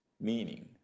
meaning